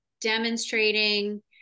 demonstrating